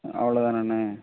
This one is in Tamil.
அவ்வளோ தானாண்ண